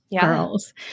girls